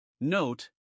Note